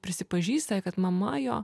prisipažįsta kad mama jo